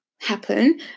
happen